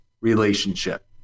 relationship